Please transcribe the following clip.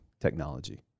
technology